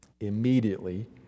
immediately